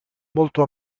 molto